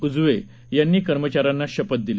उजवे यांनी कर्मचाऱ्यांना शपथ दिली